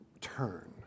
turn